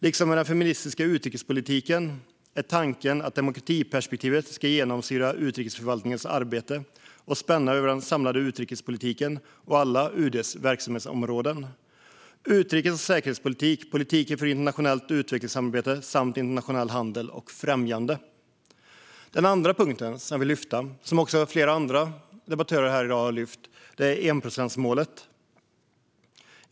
Liksom med den feministiska utrikespolitiken är tanken att demokratiperspektivet ska genomsyra utrikesförvaltningens arbete och spänna över den samlade utrikespolitiken och alla UD:s verksamhetsområden: utrikes och säkerhetspolitik, politiken för internationellt utvecklingssamarbete samt internationell handel och främjande. Den andra punkten som jag vill lyfta fram, vilket också flera andra debattörer här i dag har gjort, är enprocentsmålet.